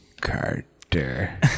Carter